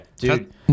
Dude